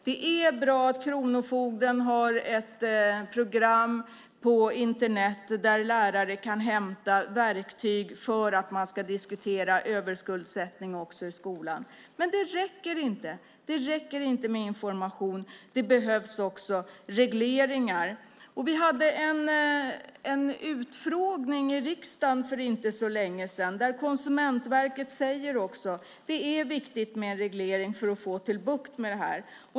Det är bra att kronofogden har ett program på Internet där lärare kan hämta verktyg för att diskutera överskuldsättning också i skolan. Men det räcker inte. Det räcker inte med information. Det behövs också regleringar. Vi hade en utfrågning i riksdagen för inte så länge sedan där Konsumentverket också sade att det är viktigt med en reglering för att få bukt med det här.